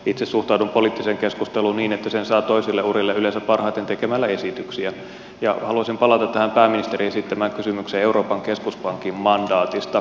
itse suhtaudun poliittiseen keskusteluun niin että sen saa toisille urille yleensä parhaiten tekemällä esityksiä ja haluaisin palata tähän pääministerin esittämään kysymykseen euroopan keskuspankin mandaatista